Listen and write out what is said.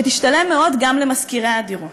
שתשתלם מאוד גם למשכירי הדירות.